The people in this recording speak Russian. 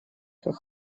как